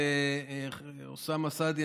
ואוסאמה סעדי,